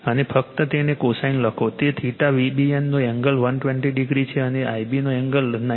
અને ફક્ત તેને cosine લખો તે VBN નો એંગલ 120o છે અને Ib નો એંગલ 93